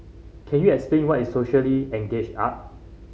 can you explain what is socially engaged art